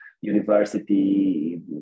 university